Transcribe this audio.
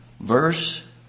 verse